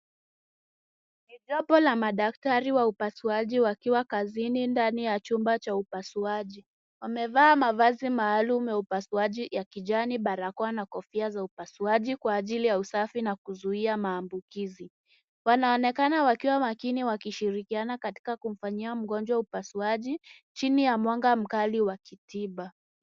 Ni jopo la madaktari wa upasuaji wakiwa kazini ndani ya chumba cha upasuaji. Wamevaa mavazi maalum ya upasuaji ya kijani, barakoa na kofia za upasuaji kwa ajili ya usafi na kuzuia maambukizi. Wanaonekana wakiwa makini wakishirikiana katika kumfanyia mgonjwa upasuaji chini ya mwanga mkali wa kitiba.